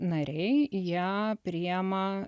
nariai jie priėma